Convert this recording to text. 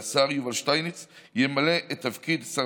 והשר יובל שטייניץ ימלא את תפקיד שר